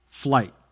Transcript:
flight